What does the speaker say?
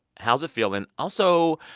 how's it feel? and also,